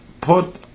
put